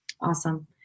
Awesome